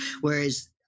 Whereas